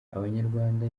abanyarwanda